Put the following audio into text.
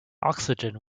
oxygen